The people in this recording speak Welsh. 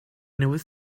newydd